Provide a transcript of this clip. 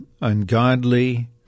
ungodly